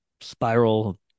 spiral